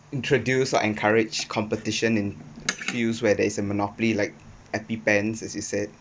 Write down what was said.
introduce or encourage competition in fields where there is a monopoly like as you said